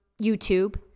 YouTube